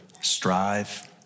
strive